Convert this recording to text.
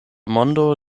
mondo